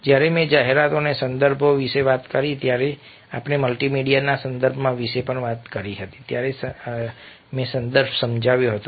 જ્યારે મેં જાહેરાત અને સંગીત વિશે વાત કરી અને જ્યારે આપણે મલ્ટીમીડિયા સંદર્ભ વિશે વાત કરી ત્યારે મેં સંદર્ભ સમજાવ્યો છે